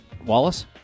Wallace